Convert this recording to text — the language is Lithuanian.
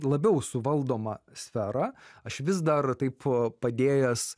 labiau suvaldomą sferą aš vis dar taip padėjęs